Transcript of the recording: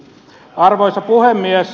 arvoisa puhemies